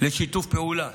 ולשיתוף פעולה.